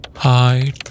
Hi